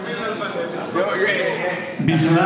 --- בכלל,